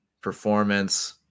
performance